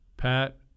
Pat